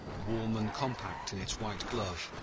warm and compact in its white glove,